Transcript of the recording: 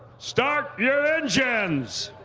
start your engines!